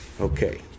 Okay